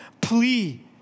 plea